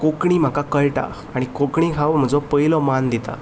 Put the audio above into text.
कोंकणी म्हाका कळटा आनी कोंकणीक हांव म्हजो पयलो मान दिता